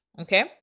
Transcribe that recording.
okay